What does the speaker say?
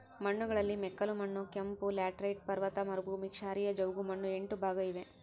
ಮಣ್ಣುಗಳಲ್ಲಿ ಮೆಕ್ಕಲು, ಕಪ್ಪು, ಕೆಂಪು, ಲ್ಯಾಟರೈಟ್, ಪರ್ವತ ಮರುಭೂಮಿ, ಕ್ಷಾರೀಯ, ಜವುಗುಮಣ್ಣು ಎಂಟು ಭಾಗ ಇವೆ